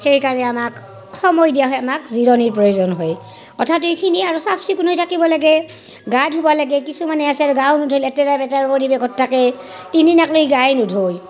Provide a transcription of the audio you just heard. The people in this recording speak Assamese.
সেই কাৰণে আমাক সময় দিয়া হয় আমাক জিৰণিৰ প্ৰয়োজন হয় অৰ্থাৎ এইখিনিয়ে আৰু চাফ চিকুণ হৈ থাকিব লাগে গা ধুবা লাগে কিছুমানে আছে আৰু গাও নোধোৱে লেতেৰা পেতেৰা পৰিৱেশত থাকে তিনদিন লাক লৈ গায়ে নুধই